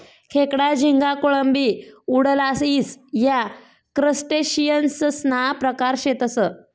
खेकडा, झिंगा, कोळंबी, वुडलाइस या क्रस्टेशियंससना प्रकार शेतसं